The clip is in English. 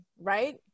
right